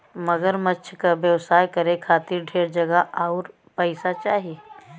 मगरमच्छ क व्यवसाय करे खातिर ढेर जगह आउर पइसा चाही